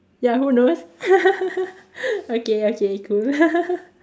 ya who knows okay okay cool